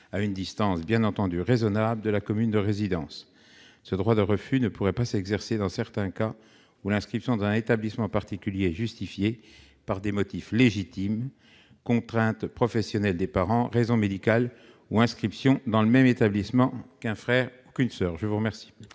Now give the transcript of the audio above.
à une distance raisonnable de la commune de résidence. Ce droit de refus ne pourrait pas s'exercer dans les cas où l'inscription dans un établissement particulier est justifiée par des motifs légitimes : contraintes professionnelles des parents, raisons médicales ou inscription dans le même établissement qu'un frère ou une soeur. Quel